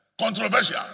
Controversial